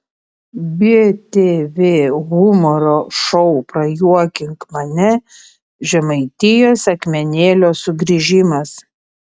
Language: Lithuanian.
btv humoro šou prajuokink mane žemaitijos akmenėlio sugrįžimas